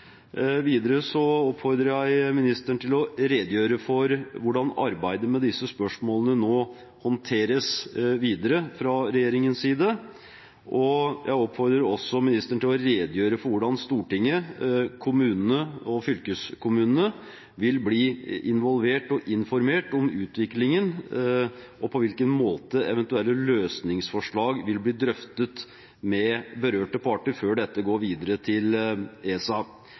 Videre oppfordrer jeg ministeren til å redegjøre for hvordan arbeidet med disse spørsmålene nå håndteres videre fra regjeringens side. Jeg oppfordrer også ministeren til å redegjøre for hvordan Stortinget, kommunene og fylkeskommunene vil bli involvert og informert om utviklingen, og på hvilken måte eventuelle løsningsforslag vil bli drøftet med berørte parter før dette går videre til ESA.